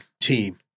team